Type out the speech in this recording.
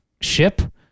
ship